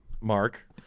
mark